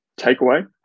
takeaway